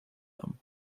them